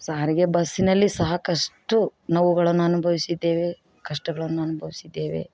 ಸಾರಿಗೆ ಬಸ್ಸಿನಲ್ಲಿ ಸಾಕಷ್ಟು ನೋವುಗಳನ್ನು ಅನುಭವಿಸಿದ್ದೇವೆ ಕಷ್ಟಗಳನ್ನು ಅನುಭವ್ಸಿದ್ದೇವೆ